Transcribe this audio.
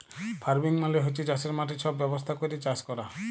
farming মালে হছে চাষের মাঠে ছব ব্যবস্থা ক্যইরে চাষ ক্যরা